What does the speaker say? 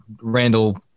Randall